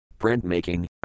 printmaking